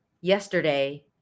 yesterday